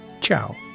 Ciao